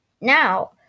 Now